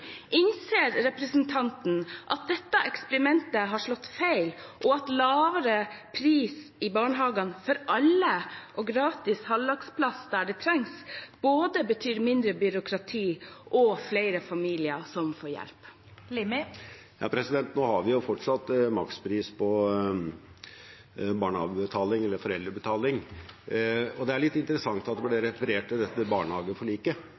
Innser representanten at dette eksperimentet har slått feil, og at lavere pris i barnehagene for alle og gratis halvdagsplass der det trengs, både betyr mindre byråkrati og flere familier som får hjelp? Nå har vi jo fortsatt makspris på barnehagebetaling, eller foreldrebetaling. Det er litt interessant at det ble referert til barnehageforliket,